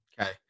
Okay